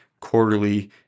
quarterly